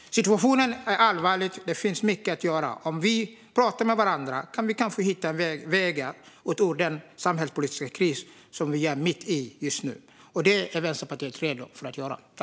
Situationen är allvarlig. Det finns mycket att göra. Om vi pratar med varandra kan vi kanske hitta vägar ut ur den samhällspolitiska kris som vi är mitt i just nu. Det är Vänsterpartiet redo att göra.